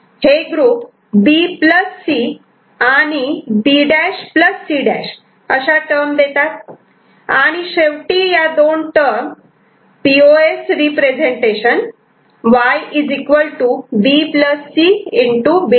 हे group B C आणि B' C' अशा टर्म देतात आणि शेवटी या दोन term P O S representation Y B C